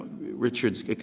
Richard's